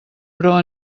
però